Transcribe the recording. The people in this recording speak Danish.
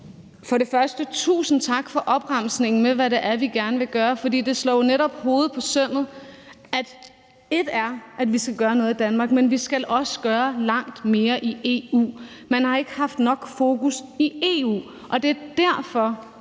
vil jeg sige tusind tak for opremsningen af hvad det er, vi gerne vil gøre, for det slår jo netop hovedet på sømmet, med hensyn til at vi både skal gøre noget i Danmark, men at vi også skal gøre langt mere i EU. Man har ikke haft nok fokus på det i EU. Det er derfor,